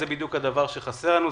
זה בדיוק הדבר שחסר לנו,